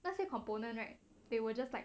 那些 components right they will just like